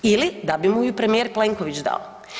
Ili da bi mu ju premijer Plenković dao?